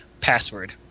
password